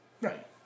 Right